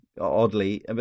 oddly